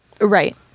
Right